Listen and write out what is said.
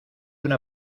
una